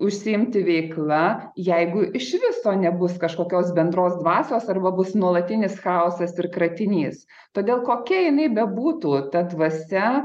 užsiimti veikla jeigu iš viso nebus kažkokios bendros dvasios arba bus nuolatinis chaosas ir kratinys todėl kokia jinai bebūtų ta dvasia